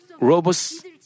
robust